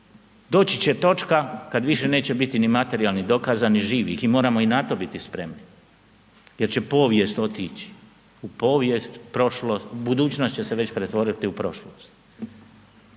doći će točka kad više neće biti ni materijalnih dokaza ni živih i moramo i na to biti spremni jer će povijest otići u povijest, prošlo, budućnost će se već pretvoriti u prošlost.